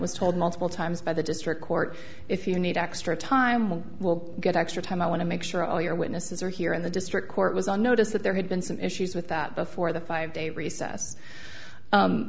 was told multiple times by the district court if you need extra time we will get extra time i want to make sure all your witnesses are here in the district court was on notice that there had been some issues with that before the five day recess